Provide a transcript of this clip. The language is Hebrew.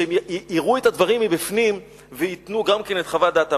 שיראו את הדברים מבפנים וייתנו גם כן את חוות דעתם.